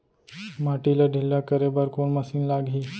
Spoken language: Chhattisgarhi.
माटी ला ढिल्ला करे बर कोन मशीन लागही?